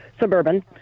suburban